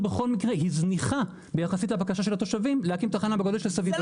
היא זניחה יחסית לבקשה של התושבים להקים תחנה בגודל של סבידור.